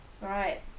Right